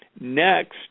Next